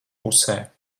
pusē